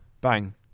bang